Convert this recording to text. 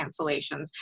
cancellations